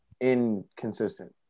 inconsistent